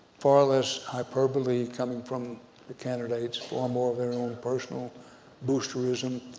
far less hyperbole coming from the candidates, far more of their own personal boosterism,